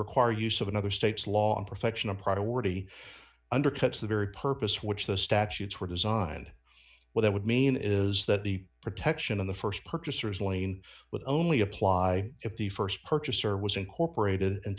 require use of another state's law on perfection a priority undercuts the very purpose which the statutes were designed well that would mean is that the protection of the st purchasers lane but only apply if the st purchaser was incorporated in